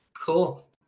Cool